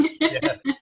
Yes